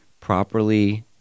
properly